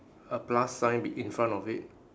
a plus sign be~ in front of it